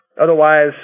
Otherwise